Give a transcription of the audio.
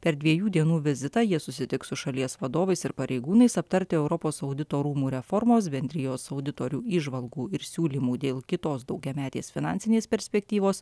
per dviejų dienų vizitą jie susitiks su šalies vadovais ir pareigūnais aptarti europos audito rūmų reformos bendrijos auditorių įžvalgų ir siūlymų dėl kitos daugiametės finansinės perspektyvos